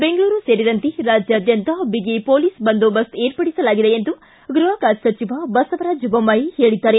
ಬೆಂಗಳೂರು ಸೇರಿದಂತೆ ರಾಜ್ಙಾದ್ದಂತ ಬಿಗಿ ಪೊಲೀಸ್ ಬಂದೋಬಸ್ತೆ ಏರ್ಪಡಿಸಲಾಗಿದೆ ಎಂದು ಗೃಹ ಖಾತೆ ಸಚಿವ ಬಸವರಾಜ ಬೊಮ್ದಾಯಿ ತಿಳಿಸಿದ್ದಾರೆ